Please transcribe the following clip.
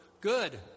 Good